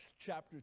chapter